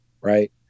right